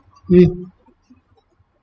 mm